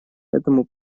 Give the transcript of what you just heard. этому